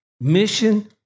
mission